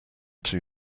too